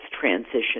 transition